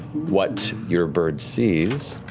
what your bird sees,